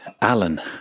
Alan